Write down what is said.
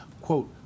quote